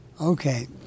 Okay